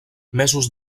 mesos